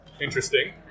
Interesting